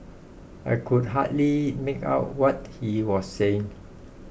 I could hardly make out what he was saying